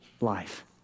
life